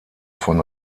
von